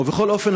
בכל אופן,